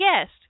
guest